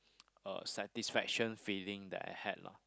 a satisfaction feeling that I had lah